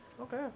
okay